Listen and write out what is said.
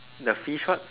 the fish what